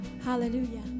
Hallelujah